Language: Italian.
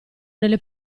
nelle